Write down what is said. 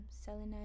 selenite